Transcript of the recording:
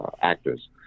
actors